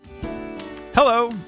Hello